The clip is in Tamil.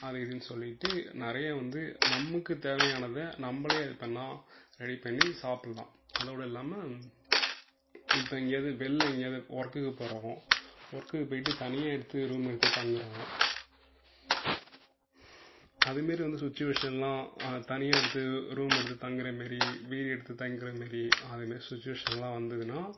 அது இதுன்னு சொல்லிகிட்டு நிறைய வந்து நமக்கு தேவையானதை நம்பளே அது பெர்னா ரெடி பண்ணி சாப்பிட்லாம் அதோடு இல்லாமல் இப்போ எங்கேயாது வெளியில் எங்கேயாது ஒர்க்குக்கு போகிறோம் ஒர்க்குக்கு போயிட்டு தனியாக எடுத்து ரூம் எடுத்து தங்குகிறோம் அது மாதிரி வந்து சுச்சுவேஷன்லாம் தனியாக எடுத்து ரூம் எடுத்து தங்குகிற மாதிரி வீடு எடுத்து தங்குகிற மாதிரி அது மாதிரி சுச்சுவேஷன்லாம் வந்ததுனா